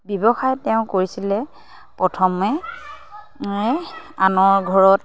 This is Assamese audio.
ব্যৱসায় তেওঁ কৰিছিলে প্ৰথমে আনৰ ঘৰত